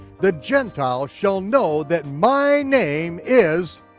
the gentile, shall know that my name is,